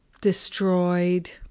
destroyed